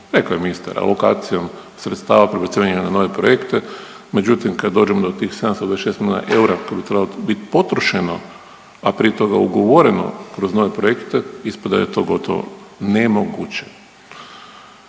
Rekao je ministar alokacijom sredstava, prebacivanjem na nove projekte. Međutim, kad dođemo do tih 726 milijuna eura koje bi trebalo bit potrošeno, a prije toga ugovoreno kroz nove projekte ispada da je to gotovo nemoguće.